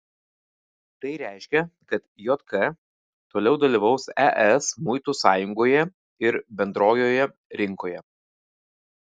tai reiškia kad jk toliau dalyvaus es muitų sąjungoje ir bendrojoje rinkoje